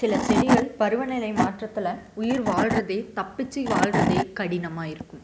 சில செடிகள் பருவநிலை மாற்றத்தில் உயிர் வாழ்கிறதே தப்பிச்சு வாழ்கிறதே கடினமாக இருக்கும்